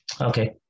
Okay